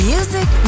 Music